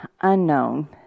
unknown